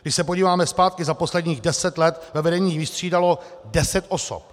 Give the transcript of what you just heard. Když se podíváme zpátky, za posledních deset let ve vedení vystřídalo deset osob.